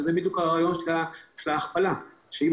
אבל זה בדיוק הרעיון של ההכפלה: שאם